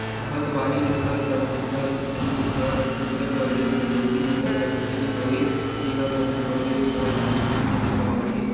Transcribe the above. भदवारी नसल कर भंइसा भंइस हर उत्तर परदेस कर देसी नसल कर भंइस हवे जेहर मध्यपरदेस अउ राजिस्थान में पवाथे